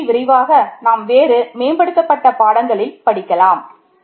இதைப்பற்றி விரிவாக நாம் வேறு மேம்படுத்தப் பாடங்களில் படிக்கலாம்